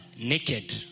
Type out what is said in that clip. Naked